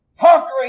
conquering